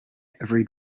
every